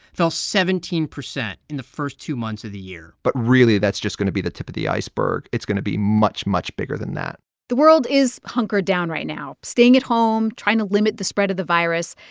fell seventeen percent in the first two months of the year but really, that's just going to be the tip of the iceberg. it's going to be much, much bigger than that the world is hunkered down right now, staying at home, trying to limit the spread of the virus.